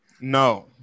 No